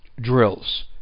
drills